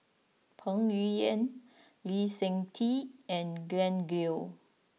Peng Yuyun Lee Seng Tee and Glen Goei